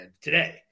today